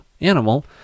animal